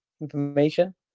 information